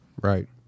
Right